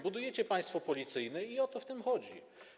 Budujecie państwo policyjne i o to w tym chodzi.